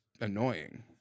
annoying